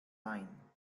line